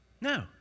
No